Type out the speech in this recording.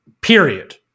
period